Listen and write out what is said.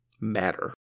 matter